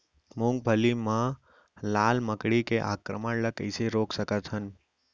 मूंगफली मा लाल मकड़ी के आक्रमण ला कइसे रोक सकत हन?